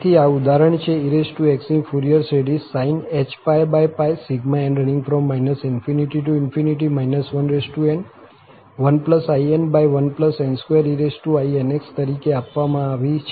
તેથી આ ઉદાહરણ છે ex ની ફુરિયર શ્રેઢી sinh⁡∑n ∞ n1in1n2einx તરીકે આપવામાં આવી છે